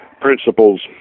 principles